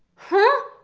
huh?